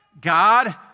God